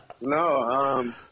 No